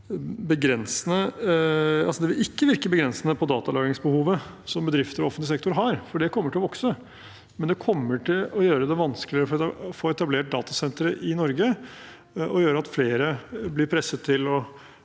ikke virke begrensende på datalagringsbehovet som bedrifter og offentlig sektor har, for det kommer til å vokse, men det kommer til å gjøre det vanskeligere å få etablert datasentre i Norge og gjøre at flere blir presset til å